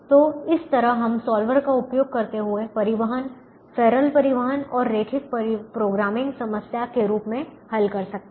तो इस तरह हम सॉल्वर का उपयोग करते हुए परिवहन सरल परिवहन को रैखिक प्रोग्रामिंग समस्या के रूप में हल कर सकते हैं